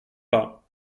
pas